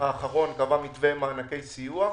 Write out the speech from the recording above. האחרון קבע מתווה מענקי סיוע,